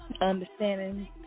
understanding